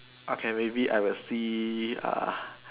okay maybe I will see uh